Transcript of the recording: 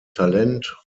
talent